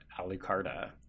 Alucarda